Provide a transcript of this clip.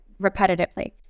repetitively